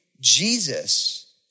Jesus